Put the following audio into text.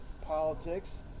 politics